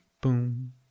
Boom